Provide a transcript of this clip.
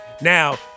Now